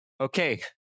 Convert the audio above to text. okay